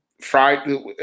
friday